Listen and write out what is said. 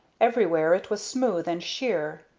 everywhere it was smooth and sheer.